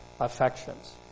affections